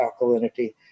alkalinity